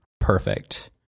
Perfect